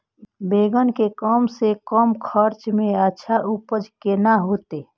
बेंगन के कम से कम खर्चा में अच्छा उपज केना होते?